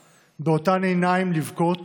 / באותן עיניים לבכות